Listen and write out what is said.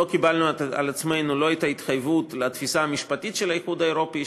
לא קיבלנו על עצמנו לא את ההתחייבות לתפיסה המשפטית של האיחוד האירופי,